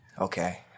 Okay